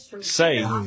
say